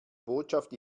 botschaft